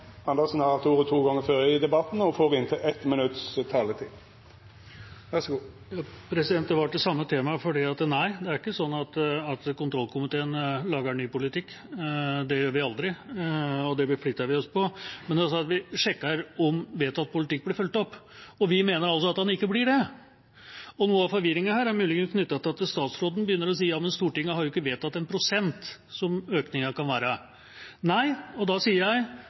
Andersen har hatt ordet to gonger tidlegare og får ordet til ein kort merknad, avgrensa til 1 minutt. Dette gjelder samme tema. Nei, det er ikke slik at kontrollkomiteen lager ny politikk. Det gjør vi aldri, og det beflitter vi oss på. Vi sjekker om vedtatt politikk blir fulgt opp, og vi mener altså at den ikke blir det. Noe av forvirringen er muligens knyttet til at statsråden sier at Stortinget ikke har vedtatt en prosentsats for økningen. Det var grunnen til at jeg